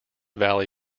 valley